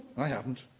i haven't.